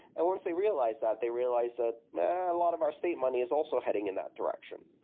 and once they realize that, they realize that a lot of our state money is also heading in that direction.